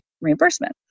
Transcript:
reimbursement